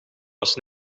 was